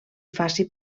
faci